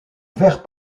vert